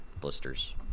blisters